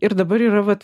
ir dabar yra vat